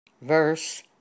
verse